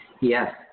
Yes